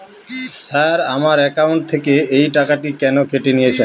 Sir আমার account থেকে এই টাকাটি কেন কেটে নিয়েছেন?